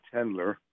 Tendler